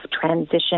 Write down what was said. transition